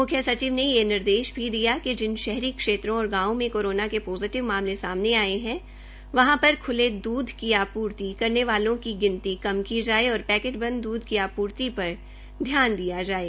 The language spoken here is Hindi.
मुख्य सचिव ने यह निर्देश भी दिया कि जिन शहरी क्षेत्रों और गांवों में कोरोना के पॉजीटिव मामले सामने आये हैं वहां पर खुले दूध की आपूर्ति करने वाले लोगों की गिनी कम की जाये और पैकेट बंद दूध की आपूर्ति पर ध्यान दिया जाये